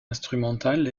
instrumentale